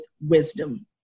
wisdom